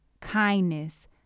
kindness